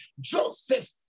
joseph